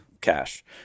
cache